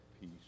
peace